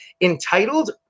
entitled